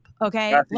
okay